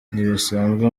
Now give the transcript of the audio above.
ntibisanzwe